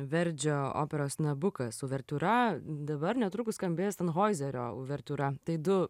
verdžio operos nabukas uvertiūra dabar netrukus skambės tanhoizerio uvertiūra tai du